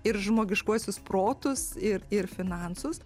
ir žmogiškuosius protus ir ir finansus